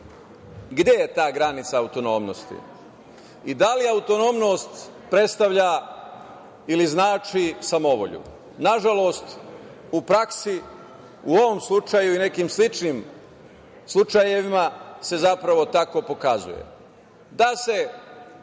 gde je ta granica autonomnosti i da li autonomnost predstavlja ili znači samovolju? Nažalost, u praksi, u ovom slučaju i nekim sličnim slučajevima se zapravo tako pokazuje, da se